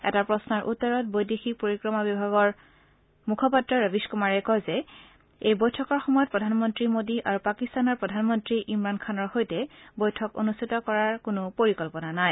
এটা প্ৰশ্নৰ উত্তৰত বৈদেশিক পৰিক্ৰমা মন্তালয়ৰ মুখপাত্ৰ ৰবীশ কুমাৰে কয় যে এই বৈঠকৰ সময়ত প্ৰধানমন্তী মোদী আৰু পাকিস্তানৰ প্ৰধানমন্ত্ৰী ইমৰান খানৰ সৈতে বৈঠক অনুষ্ঠিত কৰাৰ কোনো পৰিকল্পনা নাই